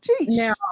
Now